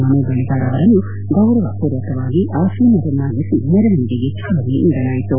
ಮನು ಬಳಿಗಾರ್ ಅವರನ್ನು ಗೌರವಪೂರ್ವಕವಾಗಿ ಆಸೀನರನ್ನಾಗಿಸಿ ಮೆರವಣಿಗೆಗೆ ಚಾಲನೆ ನೀಡಲಾಯಿತು